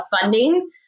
funding